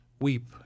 Weep